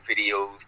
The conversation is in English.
videos